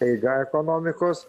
eiga ekonomikos